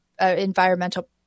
environmental